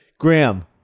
Graham